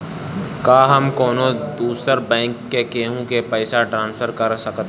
का हम कौनो दूसर बैंक से केहू के पैसा ट्रांसफर कर सकतानी?